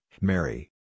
Mary